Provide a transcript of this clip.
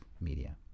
media